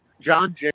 John